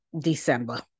December